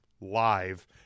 live